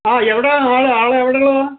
ആ എവിടാണ് ആൾ ആൾ എവിടൊള്ളതാണ്